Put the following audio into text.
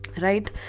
right